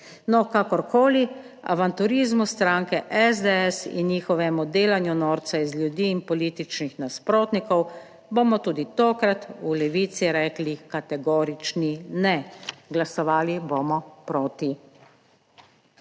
No, kakorkoli, avanturizmu stranke SDS in njihovemu delanju norca iz ljudi in političnih nasprotnikov bomo tudi tokrat v Levici rekli kategorični ne. Glasovali bomo proti.